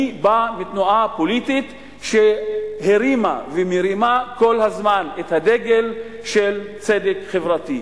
אני בא מתנועה פוליטית שהרימה ומרימה כל הזמן את הדגל של צדק חברתי.